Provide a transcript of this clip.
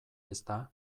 ezta